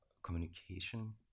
communication